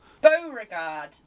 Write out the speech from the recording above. Beauregard